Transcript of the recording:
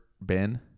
Ben